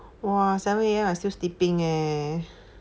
!wah! seven A_M I still sleeping eh